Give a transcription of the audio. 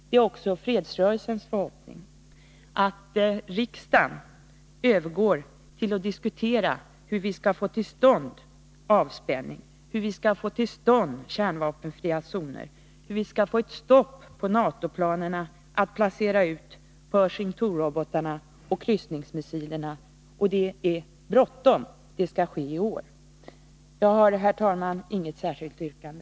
Det är också fredsrörelsens hållning, att riksdagen skall återgå till att diskutera hur vi skall få till stånd avspänning, hur vi skall få till stånd kärnvapenfria zoner, hur vi skall få stopp på NATO-planerna att placera ut Pershing II-robotarna och kryssningsmissilerna. Det är bråttom; detta skall ske i år. Jag har, herr talman, inget särskilt yrkande.